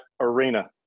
arena